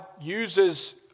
uses